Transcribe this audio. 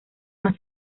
más